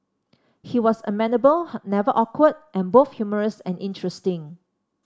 he was amenable never awkward and both humorous and interesting